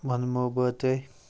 وَنمو بہٕ تۄہہِ